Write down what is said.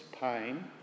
pain